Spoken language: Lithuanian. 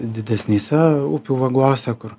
didesnėse upių vagose kur